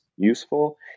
useful